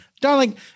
Darling